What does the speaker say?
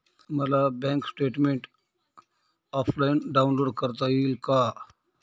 मला bank statement offline download करता येईल का?